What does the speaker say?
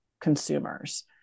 consumers